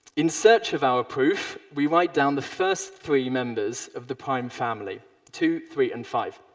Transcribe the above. in search of our proof, we write down the first three members of the prime family two, three and five.